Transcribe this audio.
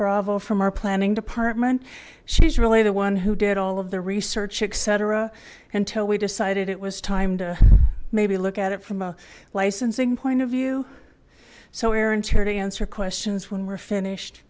bravo from our planning department she's really the one who did all of the research etc until we decided it was time to maybe look at it from a licensing point of view so aaron's here to answer questions when we're finished